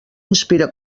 inspira